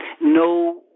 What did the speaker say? no